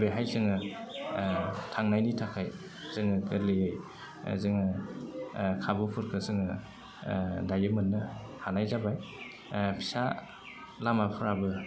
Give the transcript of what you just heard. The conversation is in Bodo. बेहाय जोङो थांनायनि थाखाय जोङो गोरलैयै जोङो खाबुफोरखौ जोङो दायो मोननो हानाय जाबाय फिसा लामाफ्राबो